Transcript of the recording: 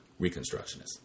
Reconstructionists